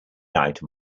item